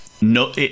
No